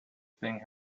thing